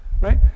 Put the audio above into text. right